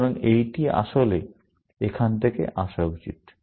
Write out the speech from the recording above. সুতরাং এইটি আসলে এখান থেকে আসা উচিত